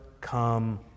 come